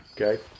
Okay